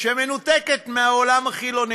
אבל אני לא יכול, מכוח המוסר שבקרבי,